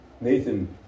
Nathan